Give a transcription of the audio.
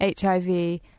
HIV